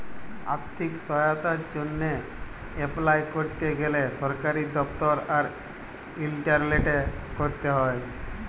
আথ্থিক সহায়তার জ্যনহে এপলাই ক্যরতে গ্যালে সরকারি দপ্তর আর ইলটারলেটে ক্যরতে হ্যয়